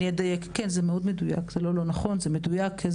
זה מדויק,